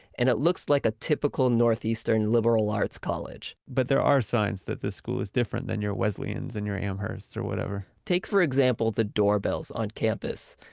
and it looks like a typical northeastern liberal arts college but there are signs that this school is different than your wesleyans or and your amhersts or whatever take for examples the doorbells on campus.